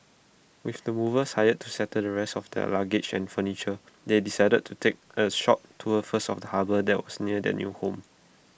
with the movers hired to settle the rest of their luggage and furniture they decided to take A short tour first of the harbour that was near their new home